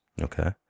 Okay